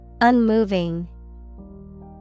Unmoving